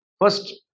First